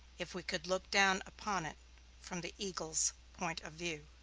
if we could look down upon it from the eagle's point of view.